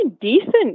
decent